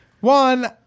One